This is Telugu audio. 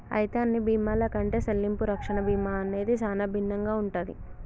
అయితే అన్ని బీమాల కంటే సెల్లింపు రక్షణ బీమా అనేది సానా భిన్నంగా ఉంటది